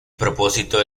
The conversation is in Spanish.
propósito